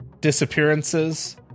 Disappearances